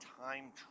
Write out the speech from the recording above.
time